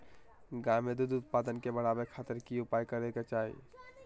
गाय में दूध उत्पादन के बढ़ावे खातिर की उपाय करें कि चाही?